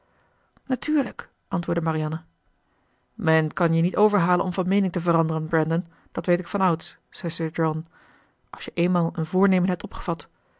natuurlijk antwoordde marianne men kan je niet overhalen om van meening te veranderen brandon dat weet ik van ouds zei sir john als je eenmaal een voornemen hebt opgevat